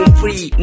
free